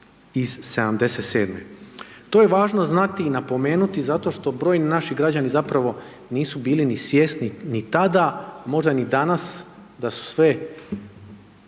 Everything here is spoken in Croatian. iz 77-e. To je važno znati i napomenuti zato što brojni naši građani zapravo nisu bili ni svjesni ni tada, možda ni danas da su sve